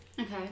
okay